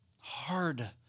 Hard